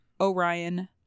Orion